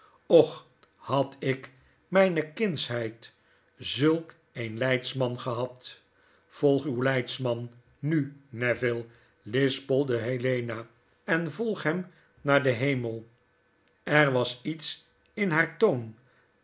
och had ik in myne kindsheid zulk een leidsman gehad volg uw leidsman nu neville lispelde helena en volg hem naar den hemel er was iets in haar toon